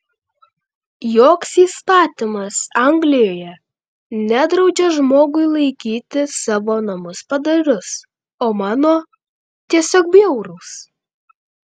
joks įstatymas anglijoje nedraudžia žmogui laikyti savo namus padorius o mano tiesiog bjaurūs